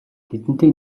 тэдэнтэй